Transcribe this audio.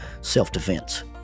self-defense